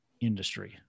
industry